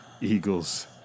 Eagles